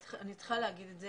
אני צריכה להגיד את זה